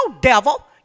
devil